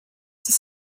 this